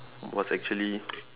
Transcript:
was actually